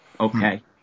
Okay